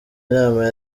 inama